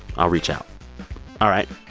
i'll reach out all right,